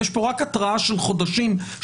יש פה רק התראה של חודשים שאנחנו,